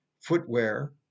footwear